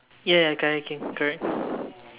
ya ya kayaking correct